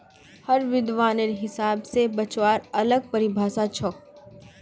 हर विद्वानेर हिसाब स बचाउर अलग परिभाषा छोक